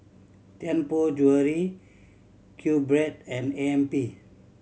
Tianpo Jewellery QBread and A M P